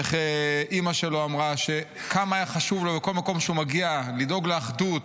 איך אימא שלו אמרה כמה היה חשוב לו בכל מקום שהוא מגיע לדאוג לאחדות,